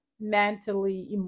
mentally